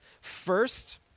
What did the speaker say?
First